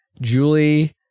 Julie